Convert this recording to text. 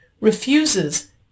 Refuses